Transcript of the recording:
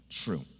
true